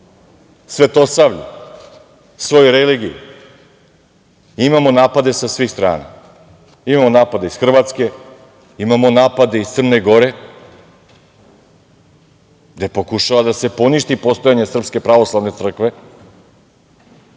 svetosavlju, svojoj religiji, imamo napade sa svih strana. Imamo napade iz Hrvatske, imamo napade iz Crne Gore, gde pokušava da se poništi postojanje Srpske pravoslavne crkve.